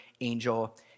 angel